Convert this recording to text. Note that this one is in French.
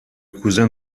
cousin